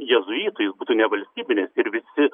jėzuitų jis būtų nevalstybinis ir visi